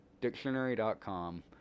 dictionary.com